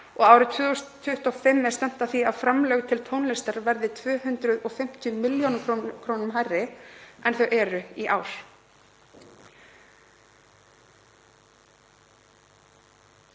Árið 2025 er stefnt að því að framlög til tónlistar verði 250 millj. kr. krónum hærri en þau eru í ár.